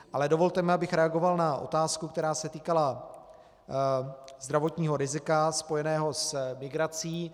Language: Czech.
Ale dovolte mi, abych reagoval na otázku, která se týkala zdravotního rizika spojeného s migrací.